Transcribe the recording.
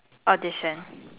audition